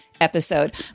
episode